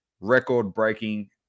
record-breaking